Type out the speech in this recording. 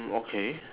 mm okay